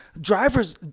Drivers